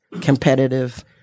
competitive